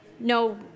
No